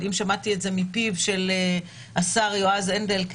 אבל אם שמעתי את זה מפיו של השר יועז הנדל,